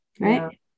right